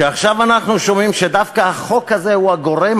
כשעכשיו אנחנו שומעים שדווקא החוק הזה הוא הגורם